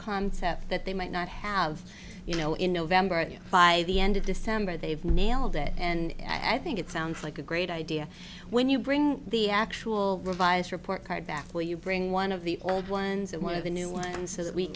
concept that they might not have you know in november at you by the end of december they've nailed it and i think it sounds like a great idea when you bring the actual revised report card back will you bring one of the old ones and one of the new ones